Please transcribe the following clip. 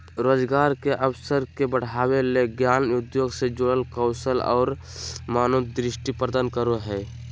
रोजगार के अवसर के बढ़ावय ले ज्ञान उद्योग से जुड़ल कौशल और मनोदृष्टि प्रदान करो हइ